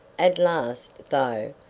at last, though,